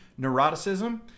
neuroticism